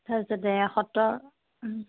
তাৰপিছতে সত্ৰৰ